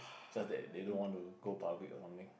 such that they don't want to go public or something